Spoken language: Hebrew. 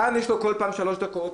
כאן יש לו כל פעם שלוש דקות.